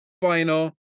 final